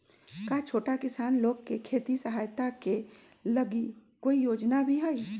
का छोटा किसान लोग के खेती सहायता के लगी कोई योजना भी हई?